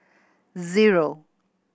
zero